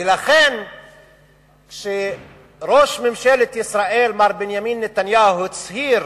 ולכן כשראש ממשלת ישראל, מר בנימין נתניהו, הצהיר